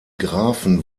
grafen